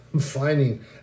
finding